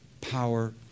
power